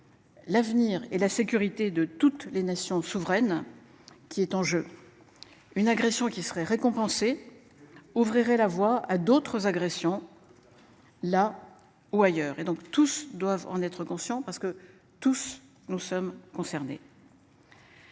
L'avenir et la sécurité de toutes les nations souveraines qui est en jeu. Une agression qui serait récompensé. Ouvrirait la voie à d'autres agressions. Là ou ailleurs et donc, tous doivent en être conscients, parce que tous nous sommes concernés.